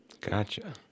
Gotcha